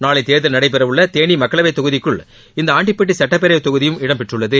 நாளைதேர்தல் நடைபெறவுள்ளதேனிமக்களவைத் தொகுதிக்குள் இந்தஆண்டிப்பட்டிசட்டப்பேரவைத் தொகுதியும் இடம்பெற்றுள்ளது